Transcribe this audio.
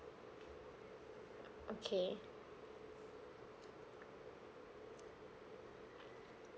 okay